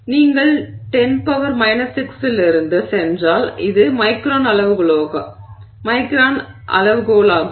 எனவே நீங்கள் 10 6 இலிருந்து சென்றால் இது மைக்ரான் அளவுகோலாகும்